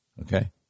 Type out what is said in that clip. Okay